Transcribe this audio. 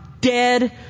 dead